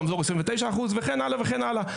רמזור 29% וכן הלאה וכן הלאה.